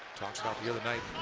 talked about the other night.